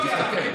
תסתכל.